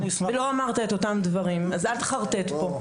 לא אמרת את אותם הדברים, אז אל תחרטט פה.